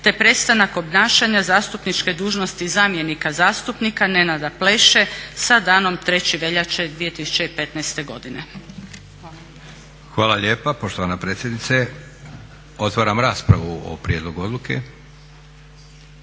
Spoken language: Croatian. te prestanak obnašanja zastupničke dužnosti zamjenika zastupnika Nenada Pleše sa danom 3.veljače 2015.godine. **Leko, Josip (SDP)** Hvala lijepa poštovana predsjednice. Otvaram raspravu o prijedlogu odluke.